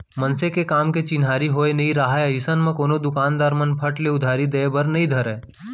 मनसे के काम के चिन्हारी होय नइ राहय अइसन म कोनो दुकानदार मन फट ले उधारी देय बर नइ धरय